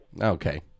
Okay